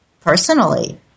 Personally